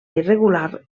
irregular